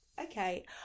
okay